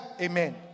Amen